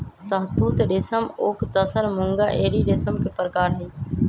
शहतुत रेशम ओक तसर मूंगा एरी रेशम के परकार हई